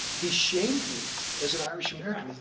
he shamed me as an irish american,